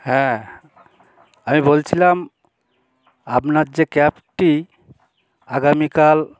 হ্যাঁ আমি বলছিলাম আপনার যে ক্যাবটি আগামীকাল